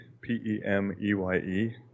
P-E-M-E-Y-E